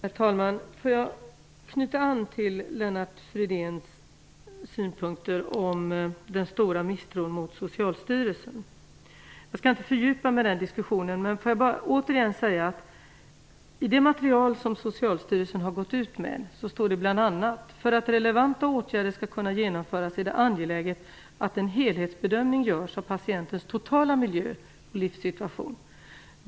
Herr talman! Låt mig knyta an till Lennart Fridéns synpunkter om den stora misstron mot Socialstyrelsen. Jag skall inte fördjupa mig i den diskussionen, men låt mig återigen säga att i det material som Socialstyrelsen har gått ut med står bl.a. att för att relevanta åtgärder skall kunna genomföras är det angeläget att en helhetsbedömning görs av patientens totala miljö och livssituation.